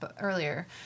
earlier